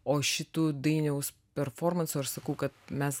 o šitų dainiaus performanso aš sakau kad mes